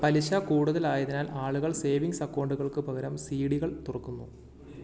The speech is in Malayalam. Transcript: പലിശ കൂടുതലായതിനാൽ ആളുകൾ സേവിംഗ്സ് അക്കൗണ്ടുകൾക്ക് പകരം സി ഡി കൾ തുറക്കുന്നു